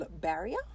barrier